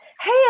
Hey